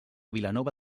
vilanova